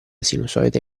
sinusoide